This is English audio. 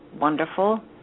wonderful